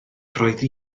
roedd